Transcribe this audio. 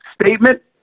statement